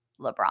LeBron